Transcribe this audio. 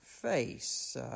Face